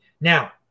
Now